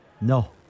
No